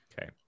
Okay